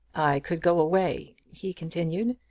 i could go away, he continued.